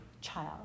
child